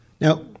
now